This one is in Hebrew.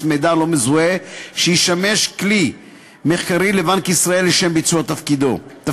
מידע לא מזוהה שישמש כלי מחקרי לבנק ישראל לשם ביצוע תפקידיו.